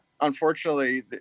unfortunately